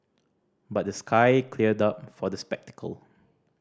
but the sky cleared up for the spectacle